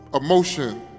emotion